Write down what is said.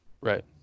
right